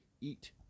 eat